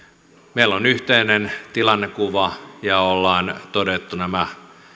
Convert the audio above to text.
meillä on yhteinen tilannekuva ja ollaan todettu nämä